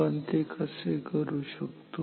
आपण ते कसे करू शकतो